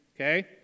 Okay